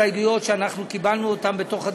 עם הסתייגויות שאנחנו קיבלנו בתוך הדיונים,